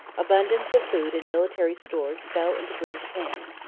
abundance of food and military stores fell into british hands,